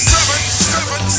Seven